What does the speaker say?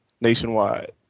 nationwide